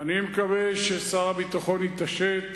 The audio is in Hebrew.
אני מקווה ששר הביטחון יתעשת,